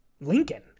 Lincoln